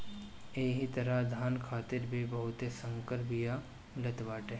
एही तरहे धान खातिर भी बहुते संकर बिया मिलत बाटे